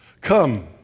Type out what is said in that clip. Come